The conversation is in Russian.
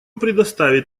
предоставит